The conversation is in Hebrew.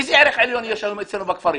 איזה ערך עליון יש אצלנו היום בכפרים?